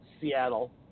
Seattle